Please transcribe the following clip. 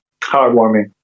heartwarming